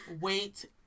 wait